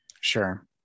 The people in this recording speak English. Sure